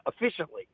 efficiently